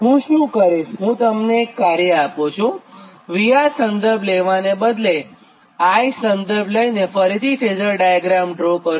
હું શું કરીશ હું તમને એક કાર્ય આપુ છું કે VR સંદર્ભ લેવાને બદલે I સંદર્ભ લઈને ફરીથી ફેઝર ડાયાગ્રામ દોરો